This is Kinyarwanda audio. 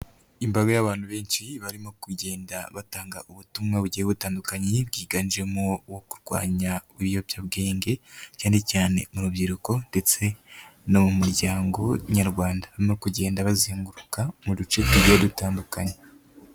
Imbaga y'abantu benshi barimo kugenda batanga ubutumwa bugiye butandukanye bwiganjemo ubwo kurwanya ibiyobyabwenge cyane cyane mu rubyiruko ndetse no mu muryango nyarwanda, barimo kugenda bazenguruka mu duce tugiye dutandukanye.